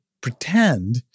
pretend